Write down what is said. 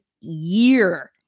year